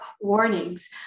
warnings